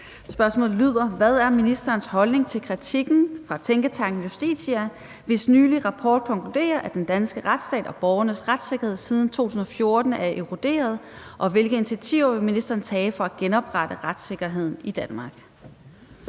Spørgsmålet lyder: Hvad er ministerens holdning til kritikken fra tænketanken Justitia, hvis nylige rapport konkluderer, at den danske retsstat og borgenes retssikkerhed siden 2014 er eroderet, og hvilke initiativer vil ministeren tage for at genoprette retssikkerheden i Danmark?